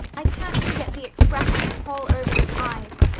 i can't forget the expression in paul irving's eyes.